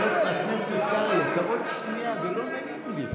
חבר הכנסת קרעי, אתה עוד שנייה, זה לא נעים לי.